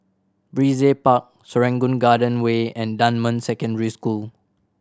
Brizay Park Serangoon Garden Way and Dunman Secondary School